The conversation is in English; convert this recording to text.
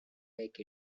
make